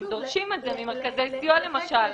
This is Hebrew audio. שדורשים את זה ממרכזי סיוע למשל.